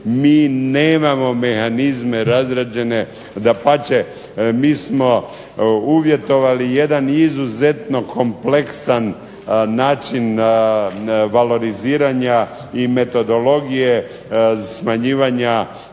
mi nemamo mehanizme razrađene. Dapače, mi smo uvjetovali jedan izuzetno kompleksan način valoriziranja i metodologije smanjivanja